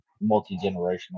multi-generational